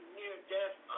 near-death